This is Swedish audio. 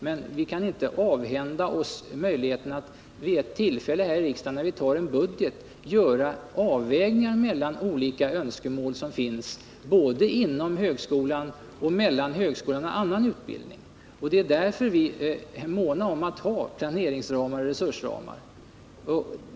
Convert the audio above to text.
Men vi kan inte avhända oss möjligheten att vid ett tillfälle här i riksdagen, när vi antar en budget, göra avvägningar mellan olika önskemål inom högskolan och mellan högskolan och annan utbildning. Det är därför som vi är måna om att ha planeringsramar och resursramar.